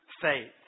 faith